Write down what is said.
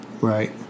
Right